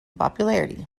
popularity